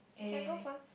can go first